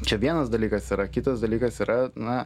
čia vienas dalykas yra kitas dalykas yra na